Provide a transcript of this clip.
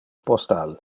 postal